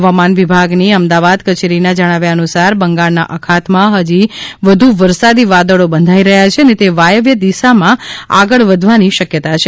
હવામાન વિભાગની અમદાવાદ કચેરીના જણાવ્યા અનુસાર બંગાળના અખાતમાં હજી વધુ વરસાદી વાદળી બંધાઈ રહ્યાં છે અને તે વાયવ્ય દિસામાં આગળ વધવાની શક્યતા છે